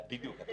בדיוק.